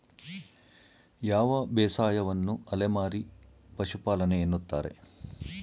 ಯಾವ ಬೇಸಾಯವನ್ನು ಅಲೆಮಾರಿ ಪಶುಪಾಲನೆ ಎನ್ನುತ್ತಾರೆ?